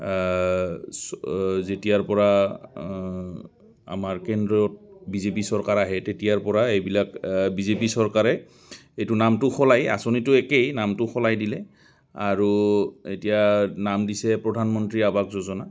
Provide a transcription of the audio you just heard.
যেতিয়াৰপৰা আমাৰ কেন্দ্ৰীত বি জে পি চৰকাৰ আহে তেতিয়াৰপৰা এইবিলাক বি জে পি চৰকাৰে এইটো নামটো সলাই আঁচনিটো একেই নামটো সলাই দিলে আৰু এতিয়া নাম দিছে প্ৰধানমন্ত্ৰী আৱাস যোজনা